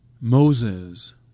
Moses